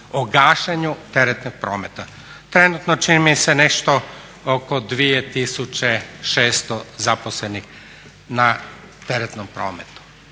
o gašenju teretnog prometa. Trenutno, čini mi se, nešto oko 2600 zaposlenih na teretnom prometu.